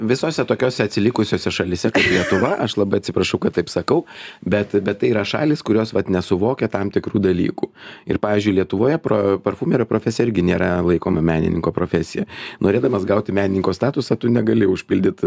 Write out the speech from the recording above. visose tokiose atsilikusiose šalyse lietuva aš labai atsiprašau kad taip sakau bet bet tai yra šalys kurios vat nesuvokia tam tikrų dalykų ir pavyzdžiui lietuvoje pro parfumerio profesija irgi nėra laikoma menininko profesija norėdamas gauti menininko statusą tu negali užpildyt